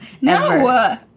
No